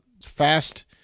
fast